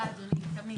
תודה אדוני, תמיד.